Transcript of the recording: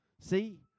See